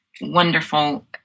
wonderful